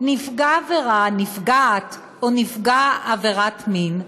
נפגע עבירה, נפגעת או נפגע עבירת מין,